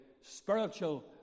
spiritual